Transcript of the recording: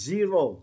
Zero